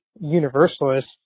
universalist